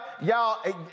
y'all